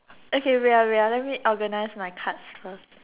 okay wait ah wait ah let me organise my cards first